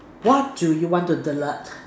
what do you want to delete